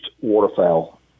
waterfowl